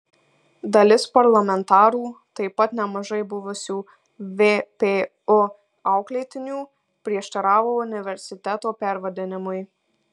dalis parlamentarų taip pat nemažai buvusių vpu auklėtinių prieštaravo universiteto pervardinimui